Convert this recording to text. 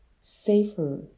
safer